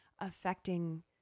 affecting